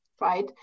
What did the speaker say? right